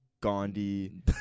Gandhi